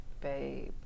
babe